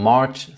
March